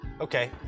Okay